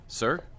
Sir